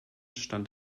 stand